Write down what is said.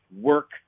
work